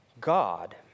God